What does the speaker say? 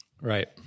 Right